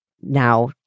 now